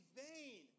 vain